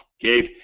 Gabe